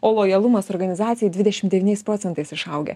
o lojalumas organizacijai dvidešim devyniais procentais išaugę